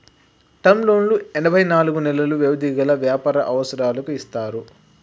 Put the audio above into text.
term లోన్లు ఎనభై నాలుగు నెలలు వ్యవధి గల వ్యాపార అవసరాలకు ఇస్తారు